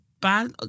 bad